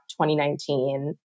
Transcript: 2019